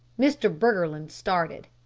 mr. briggerland started.